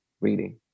reading